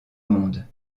monde